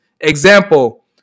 Example